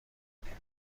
بودیم